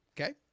okay